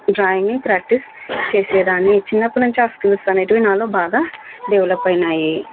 డ్రాయింగ్ని practice చేసేదాన్ని చిన్నప్పటినుంచి ఆ స్కిల్స్ అనేటివి నాలో బాగా డెవలప్ అయినాయి